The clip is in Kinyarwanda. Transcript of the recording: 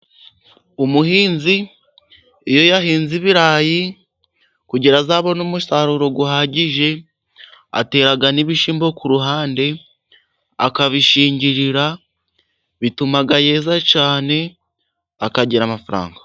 Umuhinzi iyo yahinze ibirayi, kugira azabone umusaruro uhagije ,atera n'ibishyimbo ku ruhande, akabishingirira ,bituma yeza cyane akagira amafaranga.